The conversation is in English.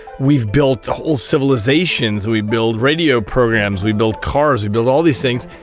we've built whole civilisations, we build radio programs, we build cars, we build all these things,